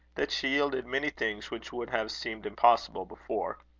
that she yielded many things which would have seemed impossible before.